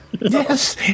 Yes